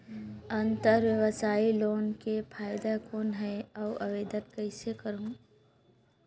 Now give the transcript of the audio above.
अंतरव्यवसायी लोन के फाइदा कौन हे? अउ आवेदन कइसे करव?